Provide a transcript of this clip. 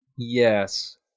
Yes